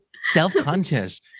Self-conscious